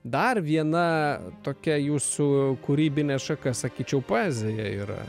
dar viena tokia jūsų kūrybinė šaka sakyčiau poezija yra